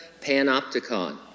panopticon